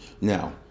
Now